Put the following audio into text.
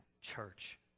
church